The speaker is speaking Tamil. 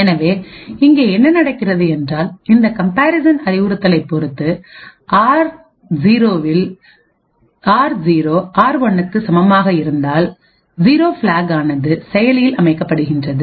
எனவே இங்கே என்ன நடக்கிறது என்றால் இந்தகம்பேரிசன் அறிவுறுத்தலை பொறுத்துஆர்0 ஆர்1 க்கு சமமாக இருந்தால் 0பிளாக் ஆனது செயலியில் அமைக்கப்படுகின்றது